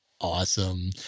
Awesome